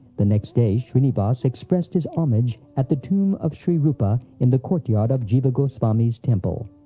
the next day, shrinivas expressed his homage at the tomb of shri rupa in the courtyard of jiva goswami's temple.